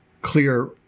clear